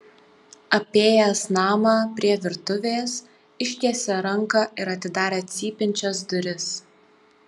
apėjęs namą prie virtuvės ištiesė ranką ir atidarė cypiančias duris